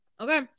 Okay